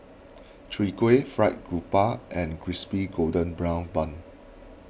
Chwee Kueh Fried Garoupa and Crispy Golden Brown Bun